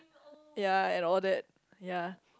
ya and all that ya